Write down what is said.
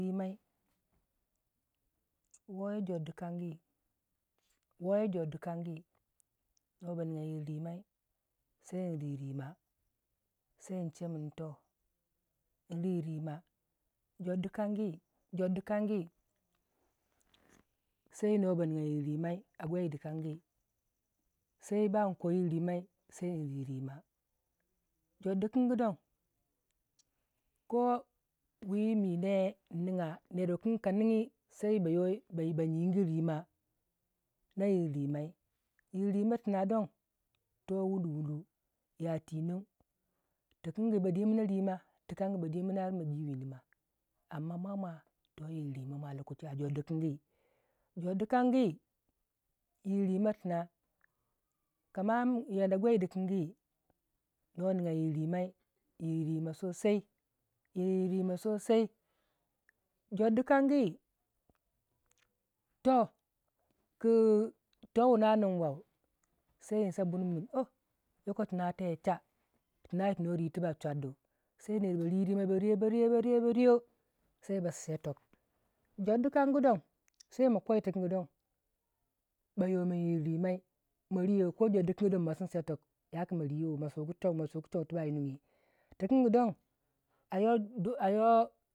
amman ka jebu gaure yi ka nigyabu pogoni yi chei tu mo sai twii ne ba yominoyo yakundi pina yi gaure kama sar min toh kalemin kin toh kanigyi